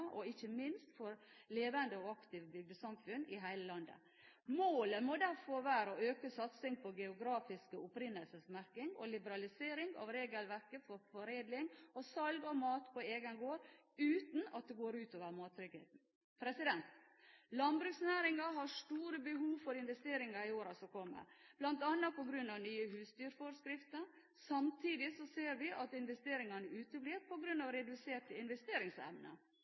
og ikke minst for levende og aktive bygdesamfunn i hele landet. Målet må derfor være å øke satsingen på geografisk opprinnelsesmerking og liberalisering av regelverket for foredling og salg av mat på egen gård, uten at det går ut over mattryggheten. Landbruksnæringen har store behov for investeringer i årene som kommer, bl.a. på grunn av nye husdyrforskrifter. Samtidig ser vi at investeringene uteblir på grunn av redusert investeringsevne.